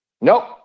Nope